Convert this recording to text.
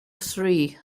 three